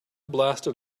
blasted